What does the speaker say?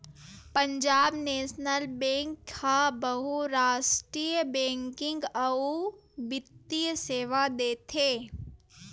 Punjab national bank ह बहुरास्टीय banking अउ बित्तीय सेवा देथे